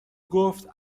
گفت